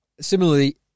Similarly